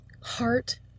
heart